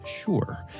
sure